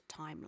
timeline